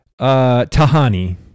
Tahani